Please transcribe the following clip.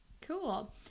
Cool